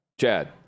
Chad